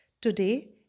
Today